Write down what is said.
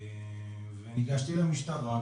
וניגשתי למשטרה,